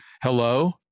hello